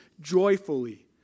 joyfully